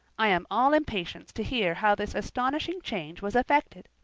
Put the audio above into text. i am all impatience to hear how this astonishing change was effected.